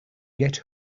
get